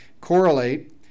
correlate